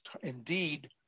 indeed